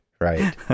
right